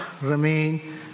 remain